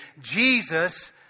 jesus